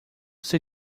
say